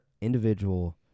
individual